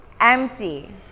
Empty